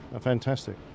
Fantastic